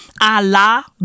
Allah